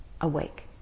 awake